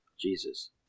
Jesus